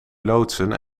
loodsen